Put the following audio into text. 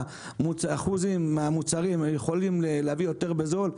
אחוזים מהמוצרים יכולים להביא יותר בזול,